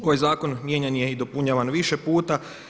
Ovaj zakon mijenjan je i dopunjavan više puta.